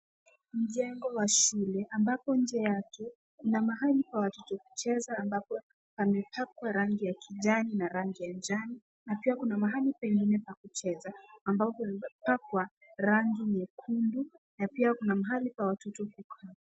Mjengo wa shule ambapo nje yake kuna mahali pa watoto kucheza ambapo pamepakwa rangi ya kijani na rangi ya njano na pia kuna mahali pengine pa kucheza ambapo pamepakwa rangi nyekundu na pia kuna mahali pa watoto kukaa.